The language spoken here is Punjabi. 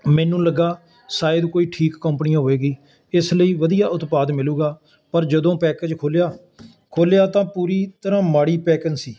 ਮੈਨੂੰ ਲੱਗਾ ਸ਼ਾਇਦ ਕੋਈ ਠੀਕ ਕੰਪਨੀ ਹੋਵੇਗੀ ਇਸ ਲਈ ਵਧੀਆ ਉਤਪਾਦ ਮਿਲੇਗਾ ਪਰ ਜਦੋਂ ਪੈਕਜ ਖੁੱਲਿਆ ਖੋਲਿਆ ਤਾਂ ਪੂਰੀ ਤਰ੍ਹਾਂ ਮਾੜੀ ਪੈਕਨ ਸੀ